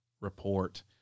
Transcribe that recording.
report